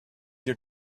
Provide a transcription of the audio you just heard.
your